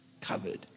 covered